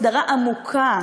הסדרה עמוקה,